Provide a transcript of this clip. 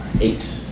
Eight